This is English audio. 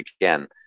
again